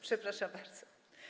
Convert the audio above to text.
Przepraszam bardzo.